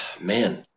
Man